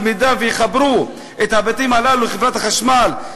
כי אם יחברו את הבתים הללו לחברת החשמל,